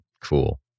Cool